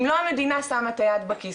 אם לא המדינה שמה את היד בכיס,